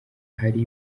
hari